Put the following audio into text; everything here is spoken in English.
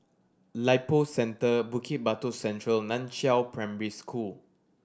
Lippo Centre Bukit Batok Central Nan Chiau Primary School